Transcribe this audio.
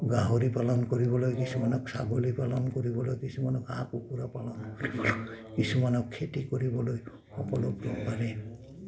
গাহৰি পালন কৰিবলৈ কিছুমানক ছাগলী পালন কৰিবলৈ কিছুমানক হাঁহ কুকুৰা পালন কৰিবলৈ কিছুমানক খেতি কৰিবলৈ সকলোকে মানে